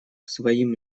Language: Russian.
своим